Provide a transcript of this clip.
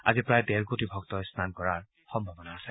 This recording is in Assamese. আজি প্ৰায় ডেৰ কোটি ভক্তই স্গান কৰাৰ সম্ভাৱনা আছে